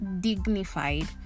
dignified